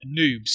noobs